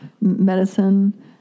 medicine